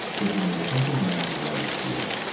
thinking there's something not right here.